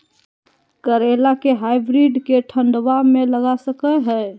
करेला के हाइब्रिड के ठंडवा मे लगा सकय हैय?